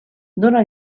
dóna